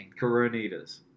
Coronitas